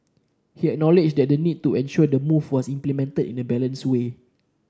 he acknowledged that the need to ensure the move was implemented in a balanced way